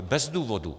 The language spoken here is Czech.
Bez důvodu.